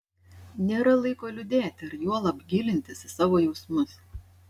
nėra laiko liūdėti ar juolab gilintis į savo jausmus